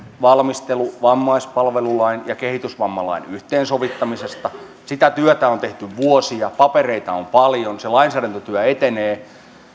valmistelu vammaispalvelulain ja kehitysvammalain yhteensovittamisesta sitä työtä on tehty vuosia papereita on paljon se lainsäädäntötyö etenee